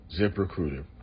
ZipRecruiter